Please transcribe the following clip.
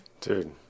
Dude